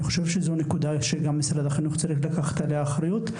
אז אני חושב שגם זו נקודה שמשרד החינוך צריך לקחת עליה את האחריות.